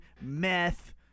meth